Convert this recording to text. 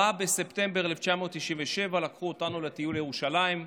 בספטמבר 1997 לקחו אותנו לטיול בירושלים.